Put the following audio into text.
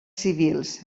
civils